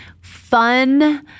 fun